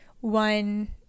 one